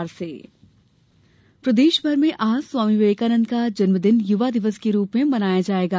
युवा दिवस प्रदेश भर में आज स्वामी विवेकानंद का जन्मदिन युवा दिवस के रूप में मनाया जायेगा